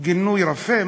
גינוי רפה?